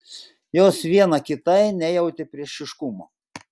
jos viena kitai nejautė priešiškumo